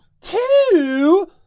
two